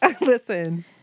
listen